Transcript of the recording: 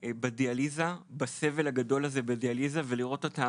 בדיאליזה, בסבל הגדול הזה בדיאליזה, ולראות אותה